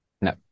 No